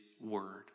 word